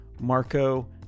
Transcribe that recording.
Marco